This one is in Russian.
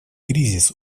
кризис